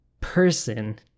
person